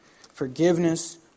Forgiveness